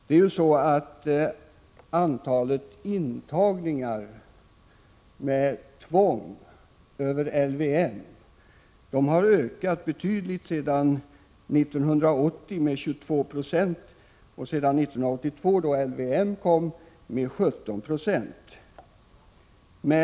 Antalet tvångsintagningar genom LYM har ökat betydligt — sedan 1980 med 22 90 och sedan 1982, när LYM kom, med 17 9.